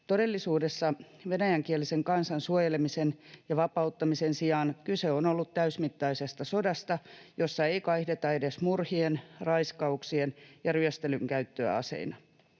Todellisuudessa venäjänkielisen kansan suojelemisen ja vapauttamisen sijaan kyse on ollut täysmittaisesta sodasta, jossa ei kaihdeta edes murhien, raiskauksien ja ryöstelyn käyttöä aseina.